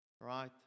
right